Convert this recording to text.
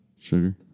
sugar